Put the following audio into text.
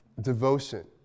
devotion